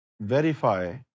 Verify